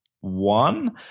one